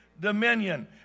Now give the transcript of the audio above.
dominion